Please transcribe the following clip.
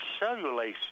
cellulase